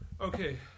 Okay